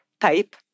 type